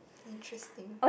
interesting